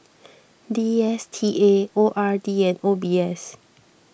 D S T A O R D and O B S